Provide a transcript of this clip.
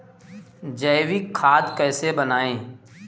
जैविक खाद कैसे बनाएँ?